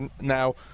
now